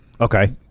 Okay